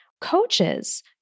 coaches